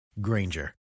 Granger